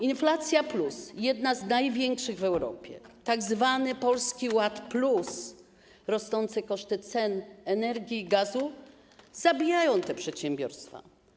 Inflacja+, jedna z największych w Europie, tzw. Polski Ład plus rosnące koszty, ceny energii i gazu zabijają te przedsiębiorstwa.